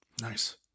Nice